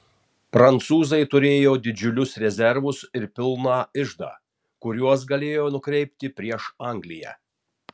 prancūzai turėjo didžiulius rezervus ir pilną iždą kuriuos galėjo nukreipti prieš angliją